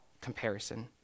comparison